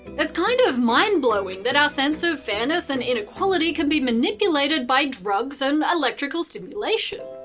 it's kind of mind-blowing that our sense of fairness and inequality can be manipulated by drugs and electrical stimulation.